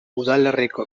udalerriko